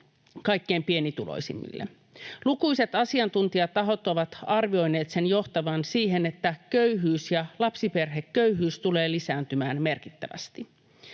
kaikkein pienituloisimmille. Lukuisat asiantuntijatahot ovat arvioineet sen johtavan siihen, että köyhyys ja lapsiperheköyhyys tulee lisääntymään merkittävästi.